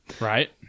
Right